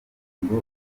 ngo